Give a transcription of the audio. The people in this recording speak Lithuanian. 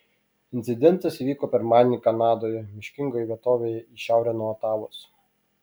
incidentas įvyko pirmadienį kanadoje miškingoje vietovėje į šiaurę nuo otavos